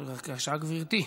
בבקשה, גברתי.